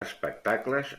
espectacles